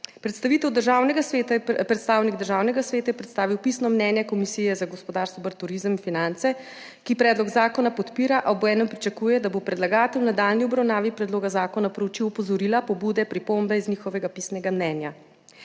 Predstavnik Državnega sveta je predstavil pisno mnenje Komisije za gospodarstvo, obrt, turizem in finance, ki predlog zakona podpira, a obenem pričakuje, da bo predlagatelj v nadaljnji obravnavi predloga zakona proučil opozorila, pobude, pripombe iz njihovega pisnega mnenja.